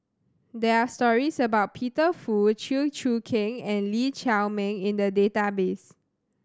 there are stories about Peter Fu Chew Choo Keng and Lee Chiaw Meng in the database